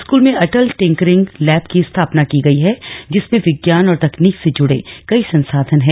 school में Atal tinkering lab की स्थापना की गेई है जिसमें विज्ञान और तकनीक से जुंड़े कई संसाधन हैं